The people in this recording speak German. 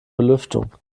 belüftung